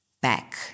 back